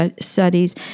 studies